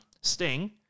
Sting